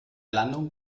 landung